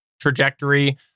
trajectory